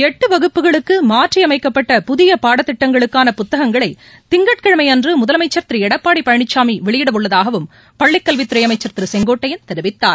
எட்டு வகுப்புகளுக்கு மாற்றியமைக்கப்பட்ட புதிய பாடத்திட்டங்களுக்கான புத்தகங்களை திங்கட்கிழமையன்று முதலமைச்சர் திரு எடப்பாடி பழனிசாமி வெளியிட உள்ளதாகவும் பள்ளி கல்வித் துறை அமைச்சர் திரு செங்கோட்டையன் தெரிவித்தார்